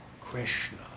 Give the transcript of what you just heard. Krishna